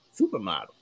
supermodel